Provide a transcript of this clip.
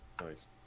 Nice